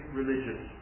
religious